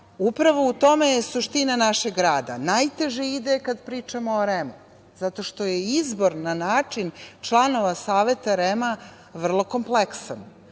upravo u tome je suština našeg rada. Najteže ide kad pričamo o REM-u zato što je izbor na način članova Saveta REM-a vrlo kompleksan